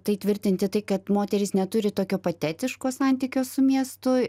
tai tvirtinti tai kad moterys neturi tokio patetiško santykio su miestu